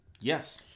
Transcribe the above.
Yes